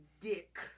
Dick